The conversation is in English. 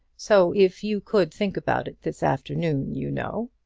so if you could think about it this afternoon, you know